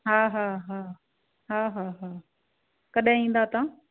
हा हा हा हा हा हा कॾहिं ईंदा तव्हां